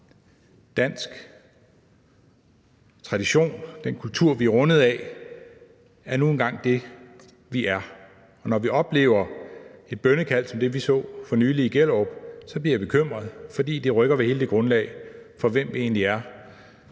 Dansk tradition, den kultur, vi er rundet af, er nu engang det, vi er. Når vi oplever et bønnekald, som det vi så for nylig i Gellerup, bliver jeg bekymret, fordi det rykker ved hele det grundlag for, hvem vi egentlig er,